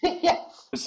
Yes